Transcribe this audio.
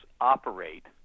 operate